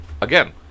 Again